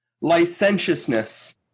licentiousness